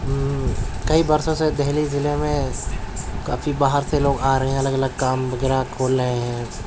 کئی برسوں سے دہلی ضلع میں کافی باہر سے لوگ آ رہے ہیں الگ الگ کام وغیرہ کھول رہے ہیں